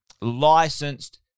licensed